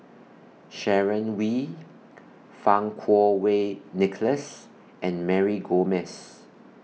Sharon Wee Fang Kuo Wei Nicholas and Mary Gomes